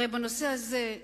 בנושא הזה,